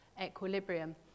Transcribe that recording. equilibrium